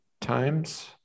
times